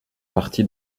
parti